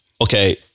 okay